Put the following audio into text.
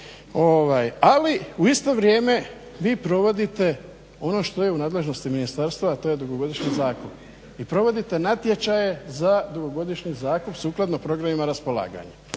Ali, u isto vrijeme vi provodite ono što je u nadležnosti ministarstva a to je dugogodišnji zakup. I provodite natječaje za dugogodišnje zakupe sukladno programima raspolaganja.